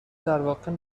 درواقع